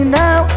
now